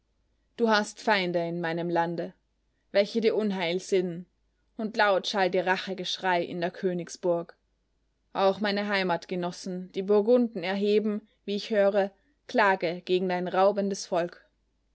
du hast feinde in meinem lande welche dir unheil sinnen und laut schallt ihr racheschrei in der königsburg auch meine heimatgenossen die burgunden erheben wie ich höre klage gegen dein raubendes volk